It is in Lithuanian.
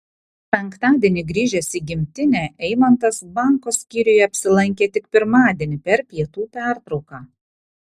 penktadienį grįžęs į gimtinę eimantas banko skyriuje apsilankė tik pirmadienį per pietų pertrauką